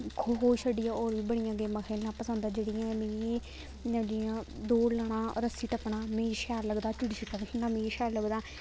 खो खो छड्डियै होर बड़ियां गेमां खेलना पसंद ऐ जेह्ड़ियां मिगी जियां दौड़ लाना रस्सी टप्पना मिगी शैल लगदा चिड़ी छिक्का खेलना मिगी शैल लगदा